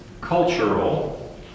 cultural